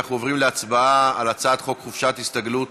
אנחנו עוברים להצבעה על הצעת חוק חופשת הסתגלות